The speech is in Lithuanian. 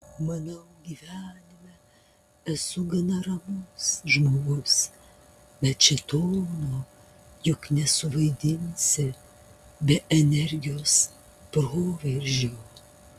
manau gyvenime esu gana ramus žmogus bet šėtono juk nesuvaidinsi be energijos proveržio